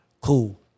Cool